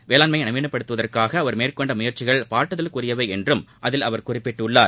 வேளாண்மையை நவீனப்படுத்துவதற்காக அவர் மேற்கொண்ட முயற்சிகள் பாராட்டுதலுக்குரியவை என்றும் அதில் அவர் குறிப்பிட்டுள்ளார்